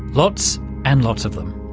lots and lots of them.